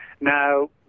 Now